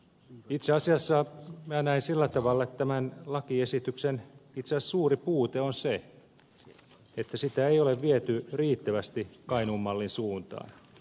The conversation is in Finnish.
itse asiassa minä näen sillä tavalla että tämän lakiesityksen suuri puute on se että sitä ei ole viety riittävästi kainuun mallin suuntaan